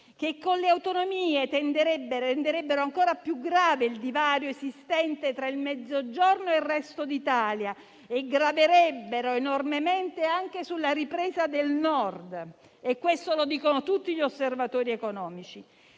che, con le autonomie, renderebbero ancora più grave il divario esistente tra il Mezzogiorno e il resto d'Italia; graverebbero enormemente anche sulla ripresa del Nord - questo lo dicono tutti gli osservatori economici